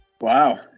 Wow